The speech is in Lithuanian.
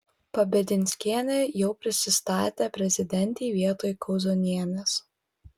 pabedinskienė jau prisistatė prezidentei vietoj kauzonienės